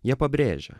jie pabrėžia